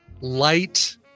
light